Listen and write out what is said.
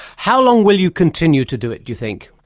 how long will you continue to do it, do you think?